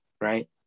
right